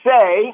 say